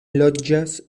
loĝas